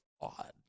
odd